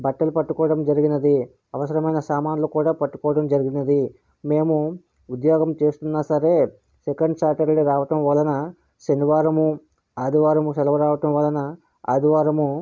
బట్టలు పట్టుకోవడం జరిగినది అవసరమైన సామాన్లు కూడా పట్టుకోవడం జరిగినది మేము ఉద్యోగం చేస్తున్నా సరే సెకండ్ సాటర్డే రావడం వలన శనివారము ఆదివారము సెలవు రావడం వలన ఆదివారము